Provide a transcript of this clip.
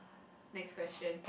next question